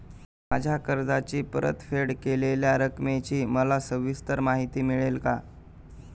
माझ्या कर्जाची परतफेड केलेल्या रकमेची मला सविस्तर माहिती मिळेल का?